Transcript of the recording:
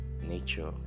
nature